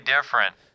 different